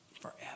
forever